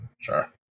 Sure